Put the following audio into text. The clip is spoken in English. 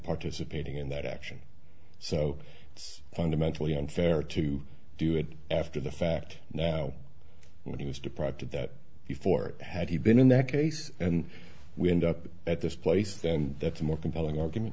participating in that action so it's fundamentally unfair to do it after the fact now when he was deprived of that before had he been in that case and we end up at this place then that's more compelling argument